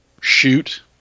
shoot